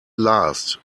last